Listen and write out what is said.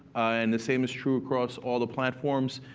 and the same is true across all the platforms.